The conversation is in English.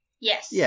Yes